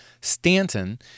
Stanton